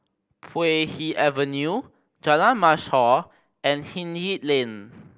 Puay Hee Avenue Jalan Mashhor and Hindhede Lane